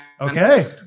Okay